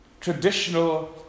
traditional